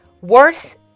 worth